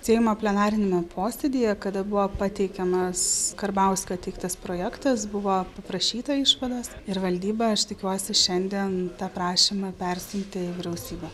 seimo plenariniame posėdyje kada buvo pateikiamas karbauskio teiktas projektas buvo paprašyta išvados ir valdyba aš tikiuosi šiandien tą prašymą persiuntė į vyriausybę